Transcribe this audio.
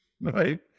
Right